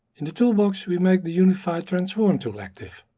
in the toolbox we make the unified transform tool active.